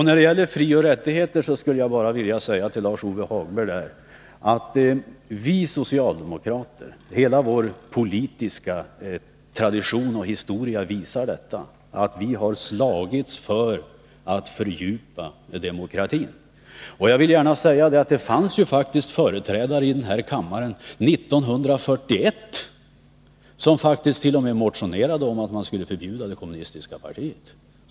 När det gäller frioch rättigheter skulle jag vilja säga till Lars-Ove Hagberg att vi socialdemokrater — hela vår politiska tradition och historia visar detta — slagits för att fördjupa demokratin. Det fanns faktiskt företrädare i riksdagen 1941 som t.o.m. motionerade om att man skulle förbjuda det kommunistiska partiet.